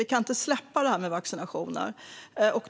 Vi kan inte släppa det här med vaccinationer.